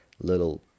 little